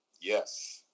Yes